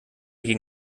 gegen